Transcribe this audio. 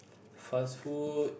fast food